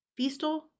Feastal